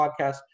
podcast